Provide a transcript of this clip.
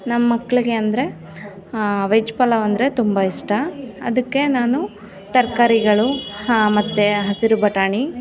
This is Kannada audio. ನಮ್ಮ ಮಕ್ಳಿಗೆ ಅಂದರೆ ವೆಜ್ ಪಲಾವ್ ಅಂದರೆ ತುಂಬ ಇಷ್ಟ ಅದಕ್ಕೆ ನಾನು ತರಕಾರಿಗಳು ಮತ್ತೆ ಹಸಿರು ಬಟಾಣಿ